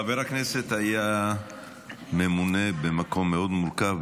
חבר הכנסת היה ממונה במקום מאוד מורכב,